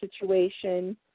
situation